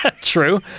True